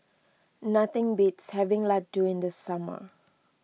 nothing beats having Laddu in the summer